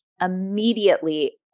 immediately